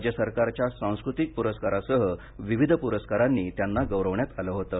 राज्य सरकारच्या सांस्कृतिक प्रस्करासह विविध प्रस्कारांनी त्यांना गौरवण्यात आलं होतं